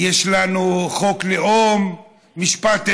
יש לנו חוק לאום, משפט עברי,